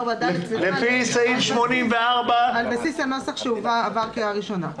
לפי סעיף 84(ד), על בסיס הנוסח שעבר קריאה ראשונה.